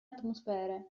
atmosfere